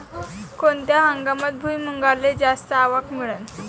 कोनत्या हंगामात भुईमुंगाले जास्त आवक मिळन?